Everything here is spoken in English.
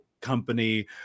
company